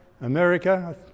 America